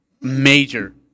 Major